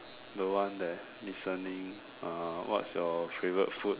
the one that's listening uh what's your favorite food